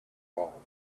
all